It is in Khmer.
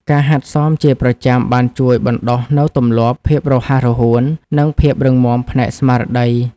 ការហាត់សមជាប្រចាំបានជួយបណ្ដុះនូវទម្លាប់ ភាពរហ័សរហួន និងភាពរឹងមាំផ្នែកស្មារតី។